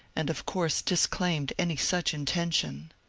and of course disclaimed any such intention.